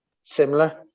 similar